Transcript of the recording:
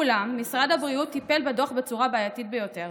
אולם משרד הבריאות טיפל בדוח בצורה בעייתית ביותר.